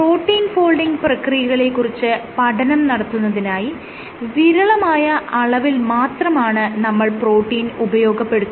protein unfolding പ്രക്രിയകളെ കുറിച്ച് പഠനം നടത്തുന്നതിനായി വിരളമായ അളവിൽ മാത്രമാണ് നമ്മൾ പ്രോട്ടീൻ ഉപയോഗപ്പെടുത്തുന്നത്